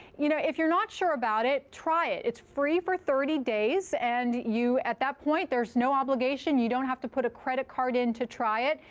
you know if you're not sure about it, try it. it's free for thirty days. and at that point, there's no obligation. you don't have to put a credit card in to try it.